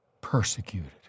persecuted